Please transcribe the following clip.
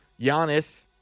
Giannis